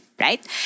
right